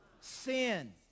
sin